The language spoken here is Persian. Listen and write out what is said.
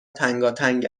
تنگاتنگ